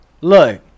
Look